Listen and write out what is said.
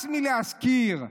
הס מלהזכיר.